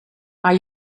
are